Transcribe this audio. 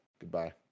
Goodbye